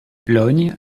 lognes